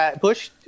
Bush